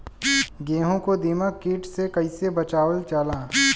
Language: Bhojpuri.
गेहूँ को दिमक किट से कइसे बचावल जाला?